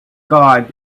god